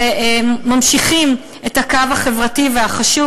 וממשיכים את הקו החברתי והחשוב.